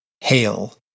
Hail